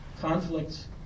Conflicts